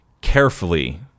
carefully